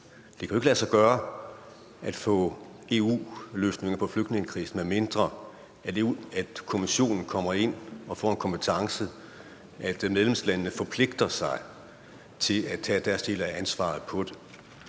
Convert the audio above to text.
Det kan jo ikke lade sig gøre at få EU-løsninger på flygtningekrisen, medmindre Kommissionen kommer ind og får en kompetence og medlemslandene forpligter sig til at tage deres del af ansvaret. Det